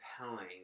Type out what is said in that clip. compelling